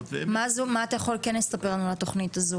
--- מה אתה יכול כן לספר לנו על התכנית הזו?